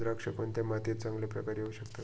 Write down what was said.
द्राक्षे कोणत्या मातीत चांगल्या प्रकारे येऊ शकतात?